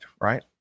right